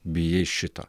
bijai šito